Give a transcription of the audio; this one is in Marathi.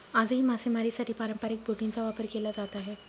आजही मासेमारीसाठी पारंपरिक बोटींचा वापर केला जात आहे